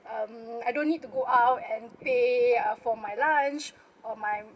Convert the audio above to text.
um I don't need to go out and pay uh for my lunch or my